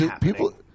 people